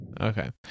Okay